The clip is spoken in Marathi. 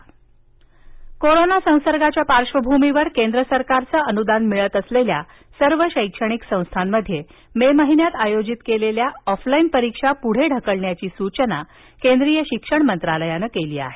परीक्षा कोरोना संसर्गाच्या पार्श्वभूमीवर केंद्र सरकारचं अनुदान मिळत असलेल्या सर्व शैक्षणिक संस्थांमध्ये मे महिन्यात आयोजित केलेल्या ऑफलाईन परीक्षा पुढं ढकलण्याची सूचना केंद्रीय शिक्षण मंत्रालयानं केली आहे